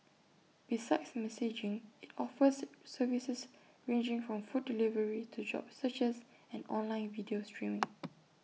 besides messaging IT offers services ranging from food delivery to job searches and online video streaming